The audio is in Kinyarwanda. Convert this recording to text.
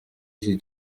iki